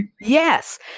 Yes